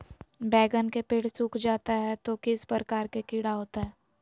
बैगन के पेड़ सूख जाता है तो किस प्रकार के कीड़ा होता है?